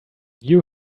knew